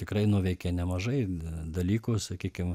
tikrai nuveikė nemažai dalykų sakykim